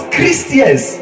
Christians